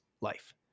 life